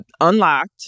unlocked